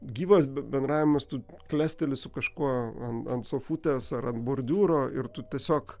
gyvas bendravimas tu klesteli su kažkuo ant ant sofutės ar ant bordiūro ir tu tiesiog